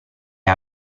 hai